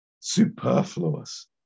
superfluous